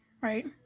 Right